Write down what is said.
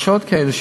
יש עוד כאלה,